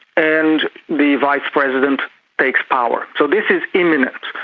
and the vice president takes power. so this is imminent.